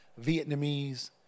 Vietnamese